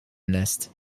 lässt